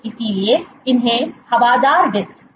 इसलिए इन्हें हवादार डिस्क भी कहा जाता है